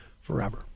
forever